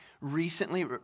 recently